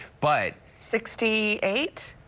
but sixty eight?